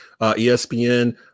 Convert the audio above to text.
ESPN